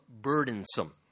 burdensome